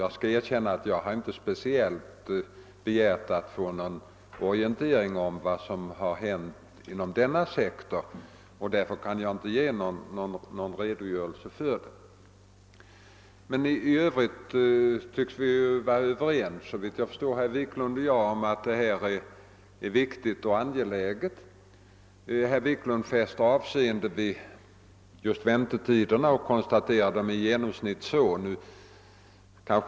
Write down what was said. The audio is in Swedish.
Jag skall erkänna att jag inte speciellt begärt att få någon orientering om vad som har hänt inom denna sektor; jag kan därför inte lämna någon redogörelse för det. Men herr Wiklund och jag tycks vara överens om att detta är viktigt och angeläget. Herr Wiklund fäste stort avseende vid väntetiderna och konstaterade att de i genomsnitt är så och så långa.